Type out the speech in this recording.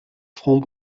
front